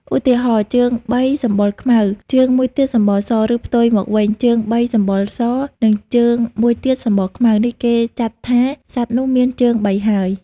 ឧទាហរណ៍ ជើងបីសម្បុរខ្មៅ ជើងមួយទៀតសម្បុរស ឬផ្ទុយមកវិញ ជើងបីសម្បុរស និងជើងមួយទៀតសម្បុរខ្មៅ នេះគេចាត់ថា សត្វនោះមានជើងបីហើយ។